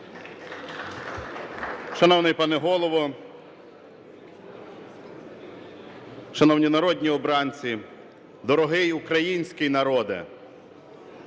Дякую.